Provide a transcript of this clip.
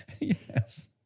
Yes